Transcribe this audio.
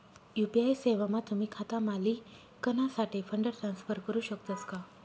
UPI सेवामा तुम्ही खाता मालिकनासाठे फंड ट्रान्सफर करू शकतस का